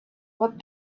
but